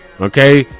okay